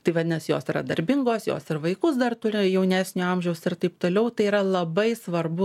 tai vadinasi jos yra darbingos jos ir vaikus dar turėji jaunesnio amžiaus ir taip toliau tai yra labai svarbu